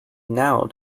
now